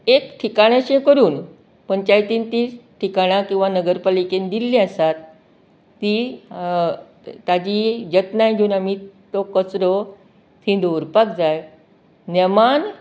एक ठिकाण्याचेर करून पंचायतीन तीं ठिकाणां किंवां नगरपालिकेन दिल्लें आसात ती ताजी जतनाय घेवन आमी तो कोचरो थी दवरपाक जाय नेमान